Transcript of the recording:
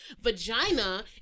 Vagina